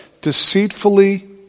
Deceitfully